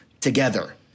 together